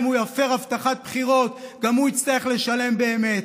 אם הוא יפר הבטחת בחירות גם הוא יצטרך לשלם באמת,